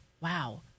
wow